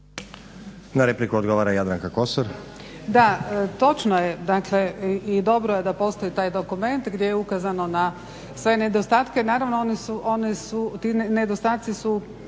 Kosor. **Kosor, Jadranka (Nezavisni)** Da, točno je, dakle i dobro je da postoji taj dokument gdje je ukazano na sve nedostatke. Naravno one su, ti nedostatci su